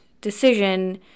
decision